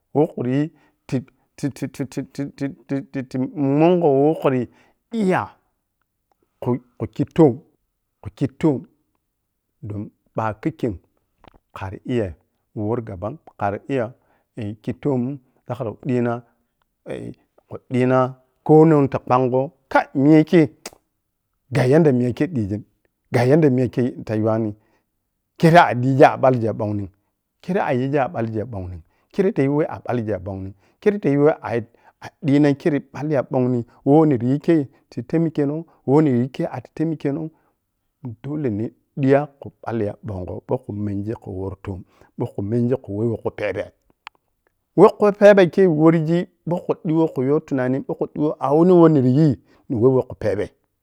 Woh khriyi ti-titi-ti-ti-ti-ti mungho woh khriyi diiyal khu khe toom, khu khe toom, khu khi toom domin ba’a kikkem khari iya worri gaba’m, khari iya kye toomin tah khara dii na khu diina konong tah ɓangho kaiil miya kei ga yanda weh miya kei diigin, ga yan weh miga kei ta yuweni, khere a’diigin a’ɓalgi ya bongni’m, khere a’yi’m a ɓalgi ya bongni’m, khere a’yi’m a ɓalgi ya ɓongo kere a’yiweh a’balgi ya ɓong’m khere a’yiweh a’yi khere balli ya bong’m who niryi kei ti taimikano, woh niryi kel a’ti taimikeno’m, dole ne diiya khu ɓalli ya ɓongho bou khu menji khu worri toom, ɓou khu menji khu weh khe phebe weh khu phobe kei worgi ɓoh khu diwo khu yow tunani ɓarkhui diwo a’wuniwo niyii ni who weh khu phebe,